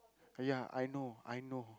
ya I know I know